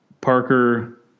parker